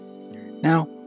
Now